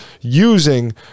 using